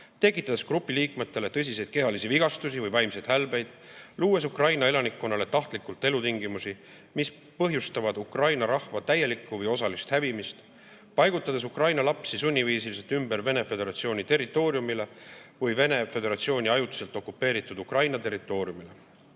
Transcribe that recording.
tekitades grupi liikmetele tõsiseid kehalisi vigastusi või vaimseid hälbeid, luues Ukraina elanikkonnale tahtlikult elutingimusi, mis põhjustavad Ukraina rahva täielikku või osalist hävimist, paigutades Ukraina lapsi sunniviisiliselt ümber Vene Föderatsiooni territooriumile või Vene Föderatsiooni ajutiselt okupeeritud Ukraina territooriumile. Vene